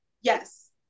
yes